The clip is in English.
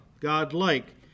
godlike